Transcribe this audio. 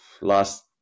last